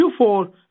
Q4